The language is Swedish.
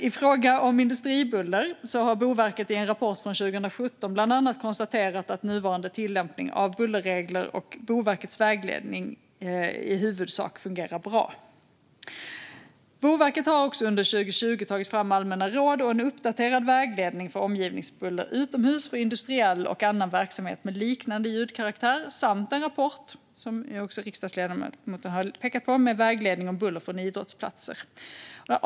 I fråga om industribuller har Boverket i en rapport från 2017 bland annat konstaterat att nuvarande tillämpning av bullerregler och Boverkets vägledning i huvudsak fungerar bra. Boverket har under 2020 tagit fram allmänna råd och en uppdaterad vägledning för omgivningsbuller utomhus för industriell och annan verksamhet med liknande ljudkaraktär samt en rapport, som riksdagsledamoten pekade på, med vägledning om buller från idrottsplatser.